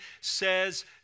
says